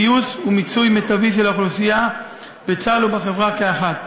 גיוס ומיצוי מיטבי של האוכלוסייה בצה"ל ובחברה כאחת.